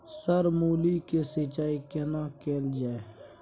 Sir मूली के सिंचाई केना कैल जाए?